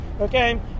okay